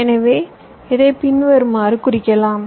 எனவே இதை பின்வருமாறு குறிக்கலாம்